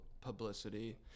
publicity